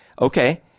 okay